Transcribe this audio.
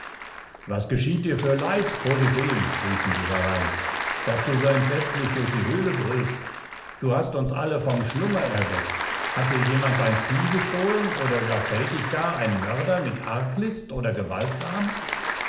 was geschah dir für leid polyphem riefen sie herein daß du so entsetzlich durch die höhle brüllest du hast uns alle vom schlummer erweckt hat dir jemand dein vieh gestohlen oder überfällt dich gar ein mörder mit arglist oder gewaltsam